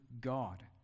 God